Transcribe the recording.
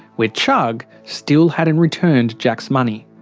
where chugg still hadn't returned jack's money.